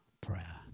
prayer